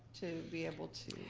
to be able to